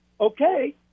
okay